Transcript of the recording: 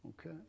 Okay